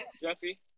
Jesse